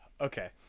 Okay